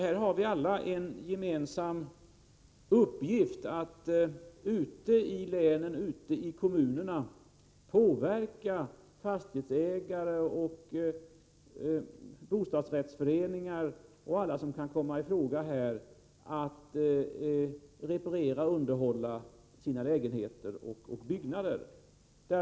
Här har vi alla en gemensam uppgift att ute i länen och kommunerna påverka fastighetsägare, bostadsrättsföreningar och alla andra som kan komma i fråga, att reparera och underhålla sina lägenheter och byggnader.